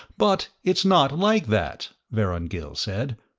but it's not like that, vorongil said.